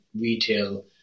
retail